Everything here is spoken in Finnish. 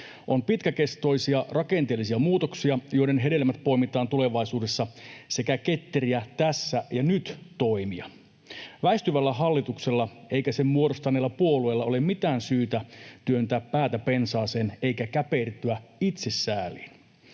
On pitkäkestoisia rakenteellisia muutoksia, joiden hedelmät poimitaan tulevaisuudessa, sekä ketteriä tässä ja nyt ‑toimia. Ei väistyvällä hallituksella eikä sen muodostaneilla puolueilla ole mitään syytä työntää päätä pensaaseen eikä käpertyä itsesääliin.